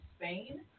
Spain